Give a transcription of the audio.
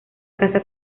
casa